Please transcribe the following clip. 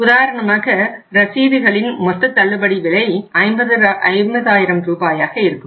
உதாரணமாக ரசீதுகளின் மொத்த தள்ளுபடி விலை 50 ஆயிரம் ரூபாயாக இருக்கும்